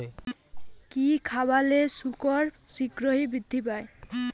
কি খাবালে শুকর শিঘ্রই বৃদ্ধি পায়?